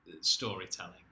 storytelling